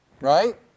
Right